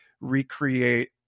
recreate